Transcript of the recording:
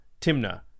Timna